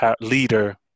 leader